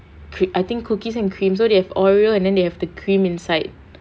I think cookies and cream so they have oreo and then they have the cream inside